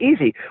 easy